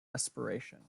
respiration